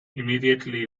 immediately